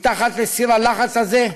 מתחת לסיר הלחץ הזה,